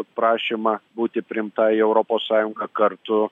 prašymą būti priimtai į europos sąjungą kartu